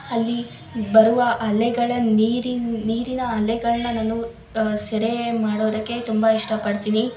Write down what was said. ಅಲ್ಲಿ ಬರುವ ಅಲೆಗಳ ನೀರಿನ ನೀರಿನ ಅಲೆಗಳನ್ನ ನಾನು ಸೆರೆ ಮಾಡೋದಕ್ಕೆ ತುಂಬ ಇಷ್ಟಪಡ್ತೀನಿ